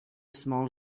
small